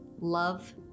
love